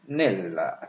nella